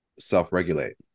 self-regulate